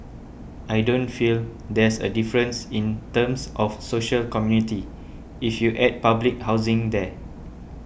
I don't feel there's a difference in terms of social community if you add public housing there